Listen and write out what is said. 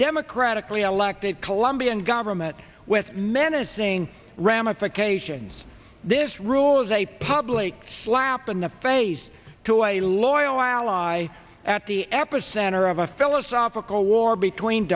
democratically elected colombian government with menacing ramifications this rule is a public slap in the face to i e loreal ally at the epicenter of a philosophical war between